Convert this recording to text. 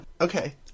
Okay